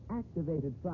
activated